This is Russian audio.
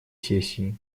сессии